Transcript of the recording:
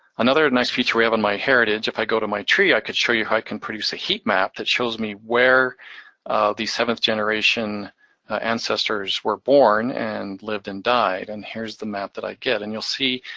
another nice feature we have on myheritage, if i go to my tree, i could show you how i can produce a heat map that shows me where these seventh generation ancestors were born, and lived, and died. and here's the map that i get. and you'll see,